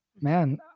man